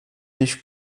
nicht